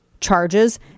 charges